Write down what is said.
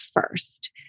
first